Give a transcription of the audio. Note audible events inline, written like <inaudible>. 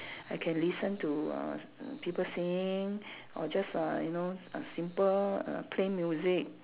I can listen to uh <noise> people singing or just uh you know uh simple uh plain music